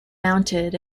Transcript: mounted